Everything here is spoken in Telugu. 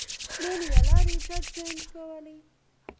నేను ఎలా రీఛార్జ్ చేయించుకోవాలి?